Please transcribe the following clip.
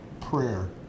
prayer